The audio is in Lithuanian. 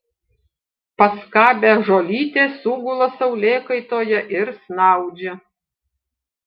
paskabę žolytės sugula saulėkaitoje ir snaudžia